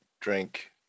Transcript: drink